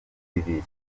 bibiri